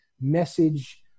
message